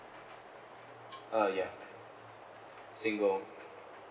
uh ya single